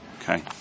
Okay